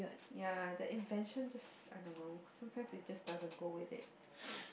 ya that invention just I don't know sometimes it just doesn't go with it